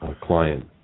client